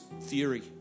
theory